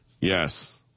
Yes